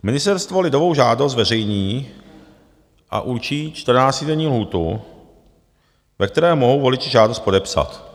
Ministerstvo lidovou žádost zveřejní a určí čtrnáctidenní lhůtu, ve které mohou voliči žádost podepsat.